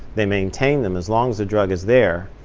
they maintain them as long as the drug is there,